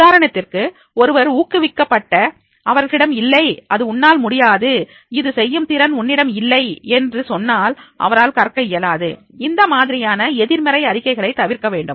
உதாரணத்திற்கு ஒருவர் ஊக்குவிக்கப்பட்ட அவர்களிடம் இல்லை இது உன்னால் முடியாது இது செய்யும் திறன் உன்னிடம் இல்லை என்று சொன்னால் அவரால் கற்க இயலாது இந்த மாதிரியான எதிர்மறை அறிக்கைகளை தவிர்க்க வேண்டும்